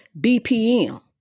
BPM